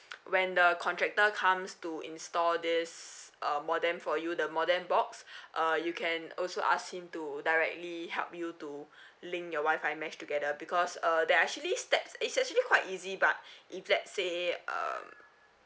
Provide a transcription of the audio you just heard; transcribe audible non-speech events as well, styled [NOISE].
when the contractor comes to install this um modem for you the modem box [BREATH] uh you can also ask him to directly help you to [BREATH] link your wifi mesh together because uh there are actually steps it's actually quite easy but [BREATH] if let say uh